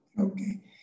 Okay